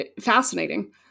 fascinating